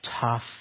Tough